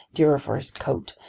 dearer for his coat,